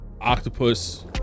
octopus